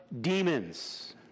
demons